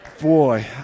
Boy